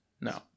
No